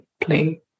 play